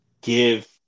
give